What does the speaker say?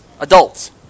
Adults